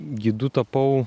gidu tapau